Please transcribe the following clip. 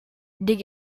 dig